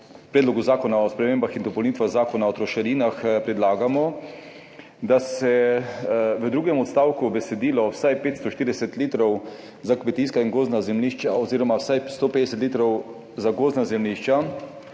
Predloga zakona o spremembah in dopolnitvah Zakona o trošarinah predlagamo, da se v drugem odstavku besedilo »vsaj 540 litrov za kmetijska in gozdna zemljišča oziroma vsaj 150 litrov za gozdna zemljišča«